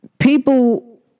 People